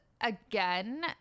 again